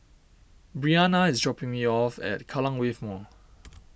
Bryana is dropping me off at Kallang Wave Mall